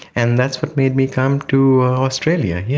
and that's what made me come to australia, yeah.